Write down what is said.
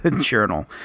Journal